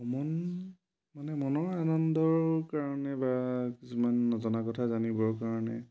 মন মানে মনৰ আনন্দৰ কাৰণে বা কিছুমান নজনা কথা জানিবৰ কাৰণে